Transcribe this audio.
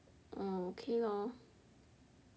orh okay lor